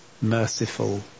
merciful